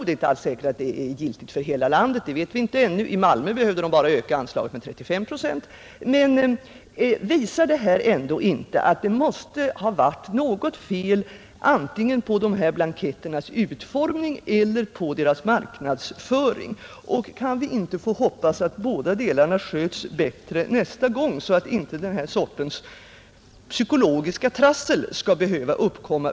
Det är inte alls säkert att beskrivningen är giltig för hela landet — det vet vi inte ännu. I Malmö behövde man öka anslaget med 35 procent. Men visar inte detta att det måste ha varit något fel antingen på blanketternas utformning eller på deras marknadsföring? Och kan vi inte få hoppas att båda delarna sköts bättre nästa gång, så att inte denna sorts psykologiska trassel skall behöva uppkomma?